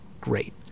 great